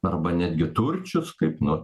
arba netgi turčius kaip nu